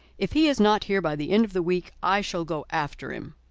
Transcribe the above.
if he is not here by the end of the week, i shall go after him.